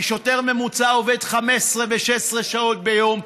כי שוטר ממוצע עובד 15 ו-16 שעות ביום,